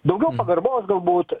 daugiau pagarbos galbūt